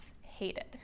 Hated